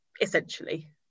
essentially